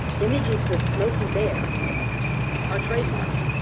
images of smokey bear are trademarked.